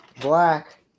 black